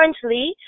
Currently